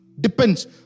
depends